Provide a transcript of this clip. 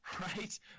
right